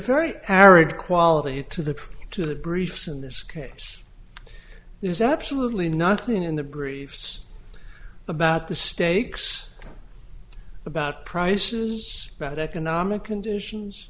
very arid quality to the to the briefs in this case there's absolutely nothing in the briefs about the stakes about prices about economic conditions